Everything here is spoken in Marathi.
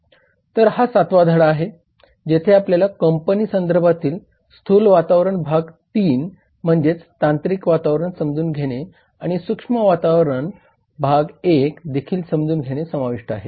तर हा 7 वा धडा आहे जेथे आपल्या कपंनी संदर्भातील स्थूल वातावरण भाग III म्हणजेच तांत्रिक वातावरण समजून घेणे आणि सूक्ष्म वातावरण पार्ट 1 देखील समजून घेणे समाविष्ट आहे